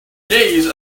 days